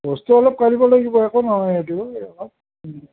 কষ্ট অলপ কৰিব লাগিব একো নহয় সেইটো অলপ